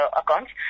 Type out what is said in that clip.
accounts